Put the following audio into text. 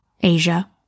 Asia